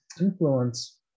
influence